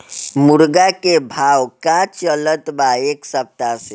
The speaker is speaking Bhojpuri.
मुर्गा के भाव का चलत बा एक सप्ताह से?